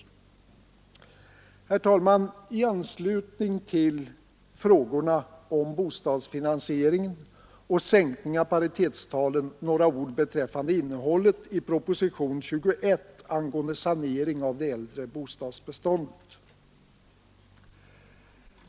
Herr talman! I anslutning till frågorna om bostadsfinansieringen och sänkning av paritetstalen också några ord beträffande innehållet i proposition 21 angående sanering av det äldre bostadsbeståndet.